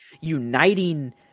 uniting